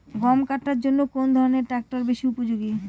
গম কাটার জন্য কোন ধরণের ট্রাক্টর বেশি উপযোগী?